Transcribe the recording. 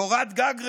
קורת גג ראויה,